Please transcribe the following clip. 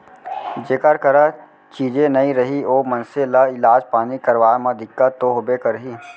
जेकर करा चीजे नइ रही ओ मनसे ल इलाज पानी करवाय म दिक्कत तो होबे करही